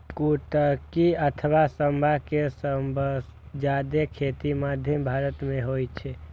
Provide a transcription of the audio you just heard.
कुटकी अथवा सावां के सबसं जादे खेती मध्य भारत मे होइ छै